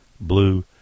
Blue